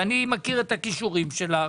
ואני מכיר את כישוריך,